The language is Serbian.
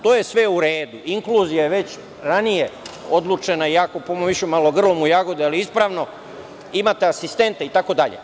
To je sve u redu, inkluzija je već ranije odlučena, iako smo išli malo grlom u jagode, ali ispravno, imate asistenta itd.